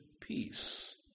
peace